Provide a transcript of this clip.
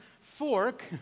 fork